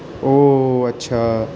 اوہ اچھا